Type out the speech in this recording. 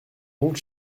donc